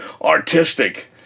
artistic